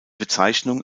bezeichnung